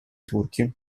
turchi